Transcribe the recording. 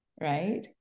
right